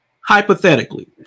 Hypothetically